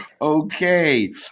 Okay